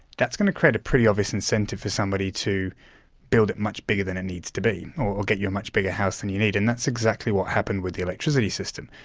that's going to create a pretty obvious incentive for somebody to build it much bigger than it needs to be, or get you a much bigger house than you need. and that's exactly what happened with the electricity system.